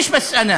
מש בס אנא,